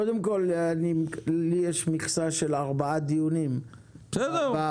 קודם כל לי יש מכסה של ארבע דיונים בפגרה,